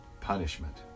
punishment